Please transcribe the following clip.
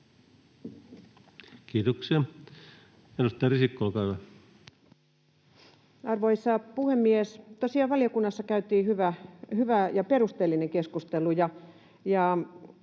muuttamisesta Time: 15:08 Content: Arvoisa puhemies! Tosiaan valiokunnassa käytiin hyvä ja perusteellinen keskustelu,